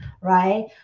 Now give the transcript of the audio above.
right